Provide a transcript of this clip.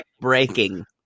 breaking